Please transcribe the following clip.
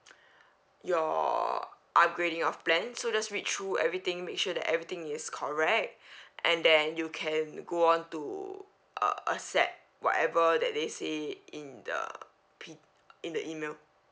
your upgrading of plan so just read through everything make sure that everything is correct and then you can go on to uh uh set whatever that they say in the pe~ in the email